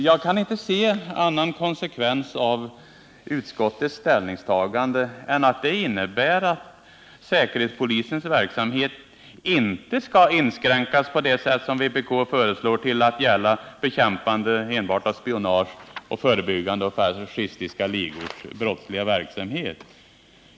Jag kan inte se någon annan konsekvens av utskottets ställningstagande än att det innebär att säkerhetspolisens verksamhet inte skall inskränkas, på det sätt som vpk föreslår, till att gälla bekämpande enbart av spionage och förebyggande av fascistiska ligors brottsliga verksamhet.